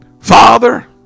Father